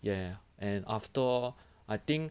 ya and after all I think